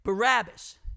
Barabbas